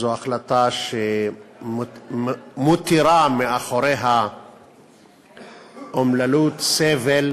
זאת החלטה שמותירה מאחוריה אומללות וסבל